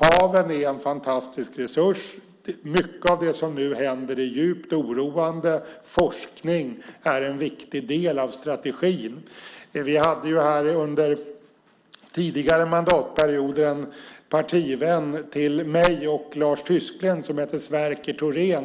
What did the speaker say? Haven är en fantastisk resurs. Mycket av det som händer är djupt oroande. Forskning är en viktig del av strategin. Under tidigare mandatperioder hade vi här i riksdagen en partivän till mig och Lars Tysklind som hette Sverker Thorén.